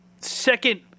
second